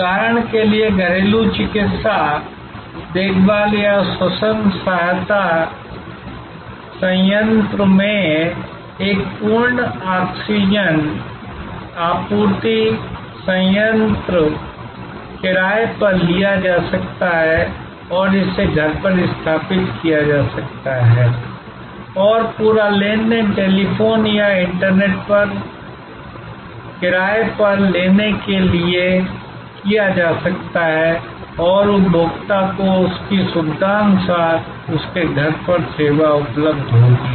उदाहरण के लिए घरेलू चिकित्सा देखभाल या श्वसन सहायता संयंत्र में एक पूर्ण ऑक्सीजन आपूर्ति संयंत्र किराए पर लिया जा सकता है और इसे घर पर स्थापित किया जा सकता है और पूरा लेनदेन टेलीफोन या इंटरनेट पर किराए पर लेने के लिए किया जा सकता है और उपभोक्ता को उसकी सुविधानुसार उसके घर पर सेवा उपलब्ध होगी